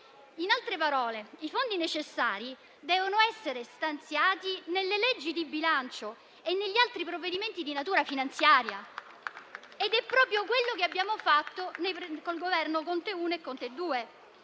In altre parole i fondi necessari devono essere stanziati nelle leggi di bilancio e negli altri provvedimenti di natura finanziaria ed è proprio quello che abbiamo fatto coi Governi Conte I e Conte II.